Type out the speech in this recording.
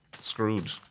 screwed